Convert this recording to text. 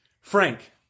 Frank